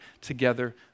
together